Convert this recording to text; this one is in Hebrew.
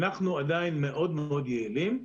אנחנו עדיין מאוד מאוד יעילים.